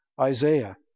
Isaiah